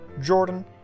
Jordan